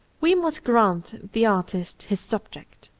we must grant the artist his subject,